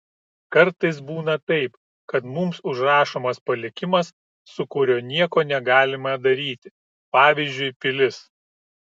kartais būna taip kad mums užrašomas palikimas su kuriuo nieko negalime daryti pavyzdžiui pilis